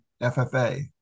FFA